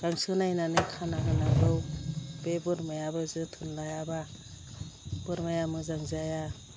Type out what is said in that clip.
गांसो नायनानै खाना होनांगौ बे बोरमायाबो जोथोन लायाबा बोरमाया मोजां जाया